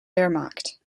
wehrmacht